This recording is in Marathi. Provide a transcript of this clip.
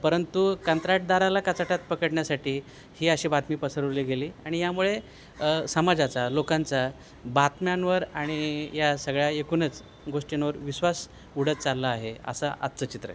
परंतु कंत्राटदाराला काचाट्यात पकडण्यासाठी ही अशी बातमी पसरवली गेली आणि यामुळे समाजाचा लोकांचा बातम्यांवर आणि या सगळ्या एकूूनच गोष्टींवर विश्वास उडत चालला आहे असा आजच चित्र आहे